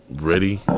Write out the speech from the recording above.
ready